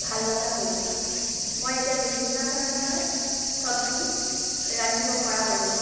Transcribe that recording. ভাল লগা হৈ গ'ল মই এতিয়া বিভিন্ন ধৰণৰ চব্জি ৰান্ধিব পৰা হৈ গলোঁ